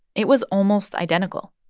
it was almost identical.